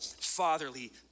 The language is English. fatherly